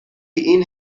این